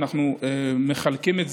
אנחנו מחלקים,